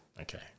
Okay